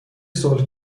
صلح